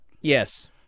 Yes